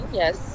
yes